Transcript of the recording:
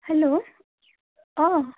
hello অঁ